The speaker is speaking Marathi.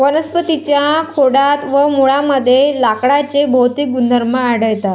वनस्पतीं च्या खोडात व मुळांमध्ये लाकडाचे भौतिक गुणधर्म आढळतात